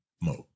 mode